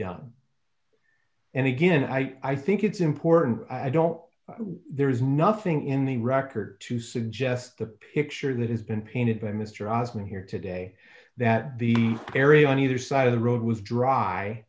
done and again i think it's important i don't there is nothing in the record to suggest the picture that has been painted by mr ozment here today that the area on either side of the road was dry